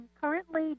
currently